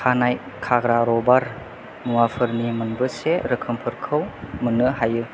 खानाय खाग्रा रबार मुवाफोरनि मोनबेसे रोखोमफोरखौ मोन्नो हायो